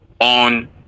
on